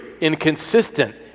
inconsistent